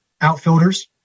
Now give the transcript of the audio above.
outfielders